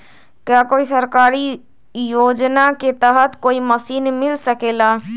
का कोई सरकारी योजना के तहत कोई मशीन मिल सकेला?